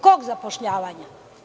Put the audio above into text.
Kog zapošljavanja?